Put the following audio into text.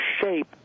shape